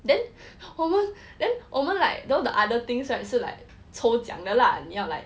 then 我们我们 like you know the other things like so like 抽奖的啦你要 like